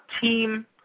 team